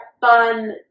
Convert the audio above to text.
fun